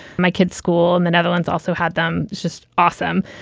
my kids school in the netherlands also had them just awesome.